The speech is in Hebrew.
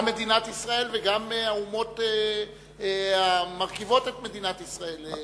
גם מדינת ישראל וגם האומות המרכיבות את מדינת ישראל,